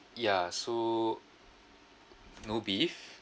ya so no beef